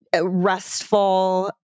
restful